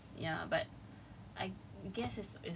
like ask the university all that [what] then I think they don't want lah